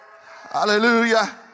Hallelujah